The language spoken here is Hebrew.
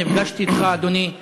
אדוני,